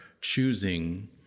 choosing